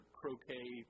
croquet